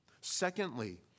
Secondly